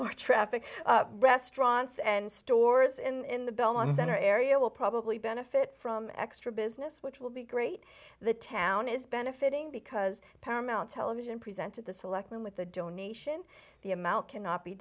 the traffic restaurants and stores in the belmont center area will probably benefit from extra business which will be great the town is benefiting because paramount tell vision presented the selectmen with a donation the amount cannot be